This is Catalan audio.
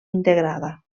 integrada